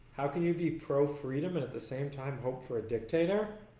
how can you be pro-freedom and at the same time hope for a dictator?